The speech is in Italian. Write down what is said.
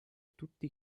tutti